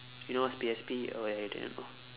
you know what's P_S_P oh ya you didn't know